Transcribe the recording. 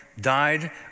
died